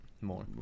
more